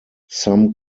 some